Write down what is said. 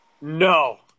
No